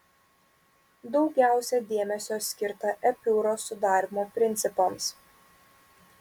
daugiausia dėmesio skirta epiūros sudarymo principams